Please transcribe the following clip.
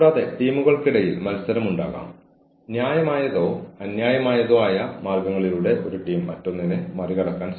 കൂടാതെ ബന്ധപ്പെട്ട വ്യക്തിയെ സഹായിക്കാനുള്ള ശ്രമങ്ങളിൽ നമ്മുടെ അതിരുകൾ മറികടക്കരുത്